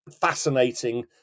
fascinating